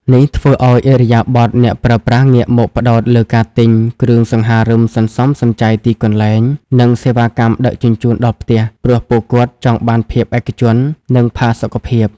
នេះធ្វើឱ្យឥរិយាបថអ្នកប្រើប្រាស់ងាកមកផ្ដោតលើការទិញ "គ្រឿងសង្ហារឹមសន្សំសំចៃទីកន្លែង" និងសេវាកម្មដឹកជញ្ជូនដល់ផ្ទះ ព្រោះពួកគាត់ចង់បានភាពឯកជន និងផាសុកភាព។